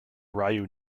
ryu